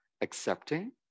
accepting